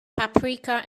paprika